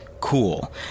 Cool